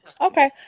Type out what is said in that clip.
Okay